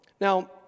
Now